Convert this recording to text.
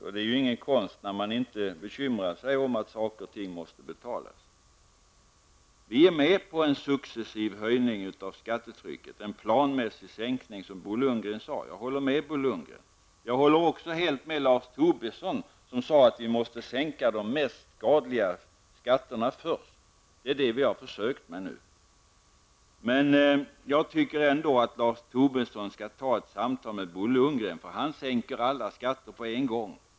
Och det är ju ingen konst när man inte bekymrar sig om att saker och ting måste betalas. Vi är med på en successiv sänkning av skattetrycket -- en planmässig sänkning, som Bo Lundgren sade. Jag håller med Bo Lundgren. Jag håller också helt med Lars Tobisson, som sade att vi måste sänka de mest skadliga skatterna först. Det är det vi har försökt med nu. Men jag tycker ändå att Lars Tobisson skall ta ett samtal med Bo Lundgren, för han sänker alla skatter på en gång.